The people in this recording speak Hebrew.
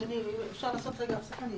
אצא רגע.